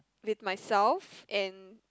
with myself and